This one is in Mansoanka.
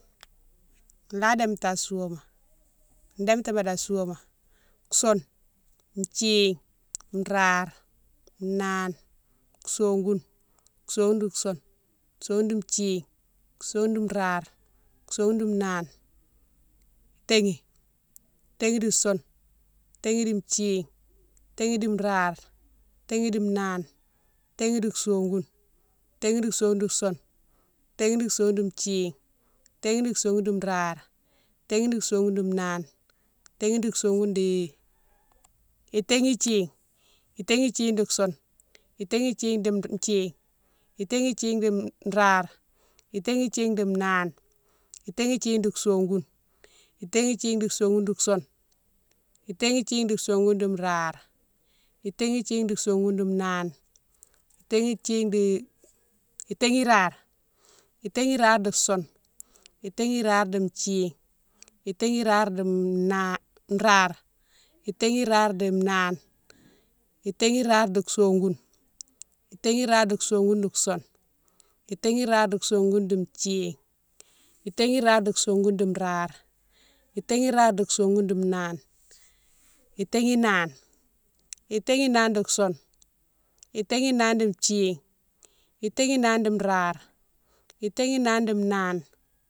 La démti an souwéma démti dé an souwéma, soune, thine, rare, nane, sogoune, sogoune di soune, sogoune di thine, sogoune di rare, sogoune di nane, taghi. Taghi di soune, taghi di thine, taghi di rare, taghi di nane, taghi di sogoune, taghi di sogoune di soune, taghi di sogoune di thine, taghi di sogoune di rare, taghi di sogoune di nane, taghi di sogoune di, itaghi thine. Itaghi thine di soune, itaghi thine di thine, itaghi thine di rare, itaghi thine di nane, itaghi thine di sogoune, itaghi thine di sogoune di soune, itaghi thine di sogoune thine, itaghi di sogoune di rare, itaghi thine di sogoune di nane, itaghi thine di, itaghi rare. Itaghi rare di soune, itaghi di rare di thine, itaghi rare di nane, rare, itaghi rare di nane, itaghi rare di sogoune, itaghi rare di sougoune di soune, itaghi rare di sogoune di thine, itaghi rare di sogoune di rare, itaghi rare di sogoune di nane, itaghi nane. Itaghi nane di soune, itaghi nane di thine, itaghi nane di rare, itaghi nane di nane.